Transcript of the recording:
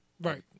Right